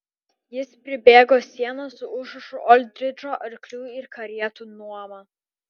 jis pribėgo sieną su užrašu oldridžo arklių ir karietų nuoma